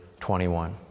21